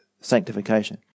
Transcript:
Sanctification